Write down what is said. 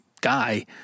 guy